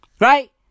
Right